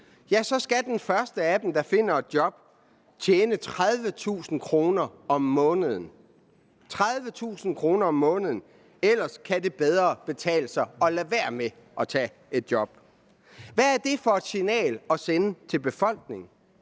skal den første af dem, der finder et job, tjene 30.000 kr. om måneden. 30.000 kr. om måneden, ellers kan det bedre betale sig at lade være med at tage et job. Hvad er det for et signal at sende til befolkningen?